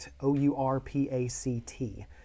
O-U-R-P-A-C-T